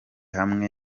hamwe